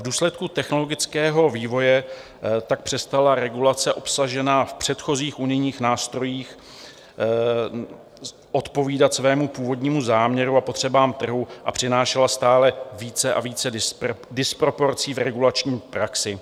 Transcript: V důsledku technologického vývoje tak přestala regulace obsažená v předchozích unijních nástrojích odpovídat svému původnímu záměru a potřebám trhu a přinášela stále více a více disproporcí v regulační praxi.